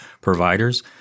providers